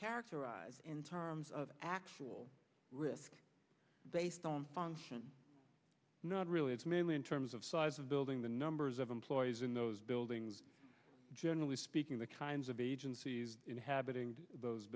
characterized in terms of actual risk based on function not really it's mainly in terms of size of building the numbers of employees in those buildings generally speaking the kinds of agencies inhabiting those